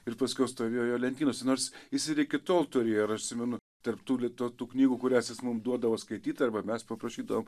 ir paskiau stovėjo lentynose nors jis ir iki tol turėjo ir aš atsimenu tarp tų lituotų knygų kurias jis mum duodavo skaityt arba mes paprašydavom